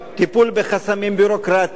הטיפול בחסמים ביורוקרטיים,